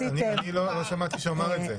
אני מתכבד לפתוח את ישיבת ועדת הכנסת.